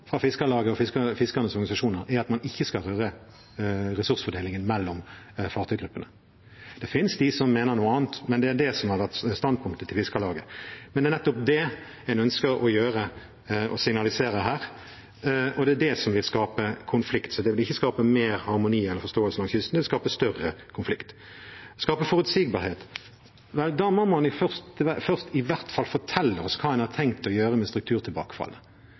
Men det er nettopp det en ønsker å gjøre og som en signaliserer her, og det er det som vil skape konflikt. Det vil ikke skape mer harmoni og forståelse langs kysten, men det vil skape større konflikt. Så til det med å skape forutsigbarhet: Da må man i hvert fall først fortelle oss hva en har tenkt å gjøre med